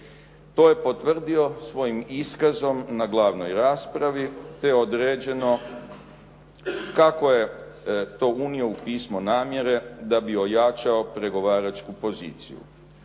To je potvrdio svojim iskazom na glavnoj raspravi, te je određeno kako je to unio u pismo namjere da bi ojačao pregovaračku poziciju.